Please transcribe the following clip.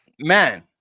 Man